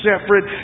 separate